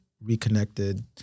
reconnected